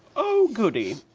oh goody.